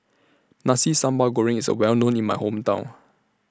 Nasi Sambal Goreng IS Well known in My Hometown